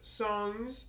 songs